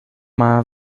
mal